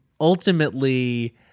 ultimately